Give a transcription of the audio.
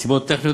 מסיבות טכניות,